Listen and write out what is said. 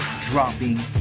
dropping